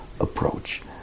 approach